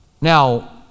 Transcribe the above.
Now